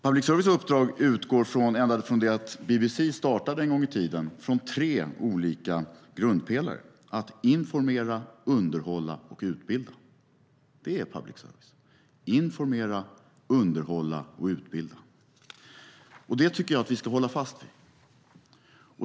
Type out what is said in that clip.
Public services uppdrag utgår ända sedan BBC startade en gång i tiden från tre olika grundpelare, att informera, underhålla och utbilda. Det är public service: informera, underhålla och utbilda. Och det tycker jag att vi ska hålla fast vid.